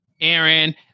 Aaron